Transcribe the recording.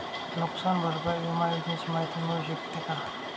नुकसान भरपाई विमा योजनेची माहिती मिळू शकते का?